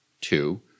Two